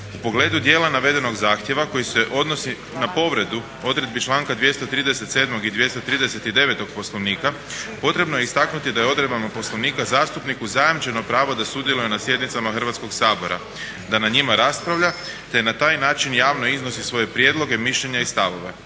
u pogledu djela navedenog zahtjeva koji se odnosi na povredu odredbi članka 237. i 239. Poslovnika potrebno je istaknuti da je odredbama Poslovnika zastupniku zajamčeno pravo da sudjeluje na sjednicama Hrvatskog sabora, da na njima raspravlja te na taj način javno iznosi svoje prijedloge, mišljenja i stavove.